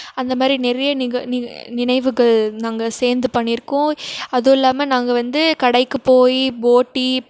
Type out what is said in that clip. அந்த மாதிரி நிறைய நிக நி நினைவுகள் நாங்கள் சேர்ந்து பண்ணியிருக்கோம் அதுவும் இல்லாமல் நாங்கள் வந்து கடைக்குக் போய் போட்டி